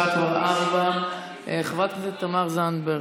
השעה כבר 04:00. חברת הכנסת תמר זנדברג.